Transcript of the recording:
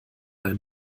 ein